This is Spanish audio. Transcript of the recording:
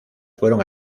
fueron